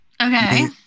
Okay